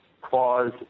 clause